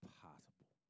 possible